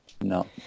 no